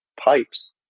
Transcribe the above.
pipes